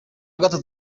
gatatu